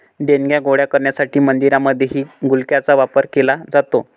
देणग्या गोळा करण्यासाठी मंदिरांमध्येही गुल्लकांचा वापर केला जातो